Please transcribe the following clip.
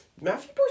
Matthew